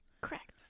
Correct